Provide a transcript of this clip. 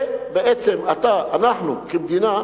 ובעצם אתה, אנחנו כמדינה,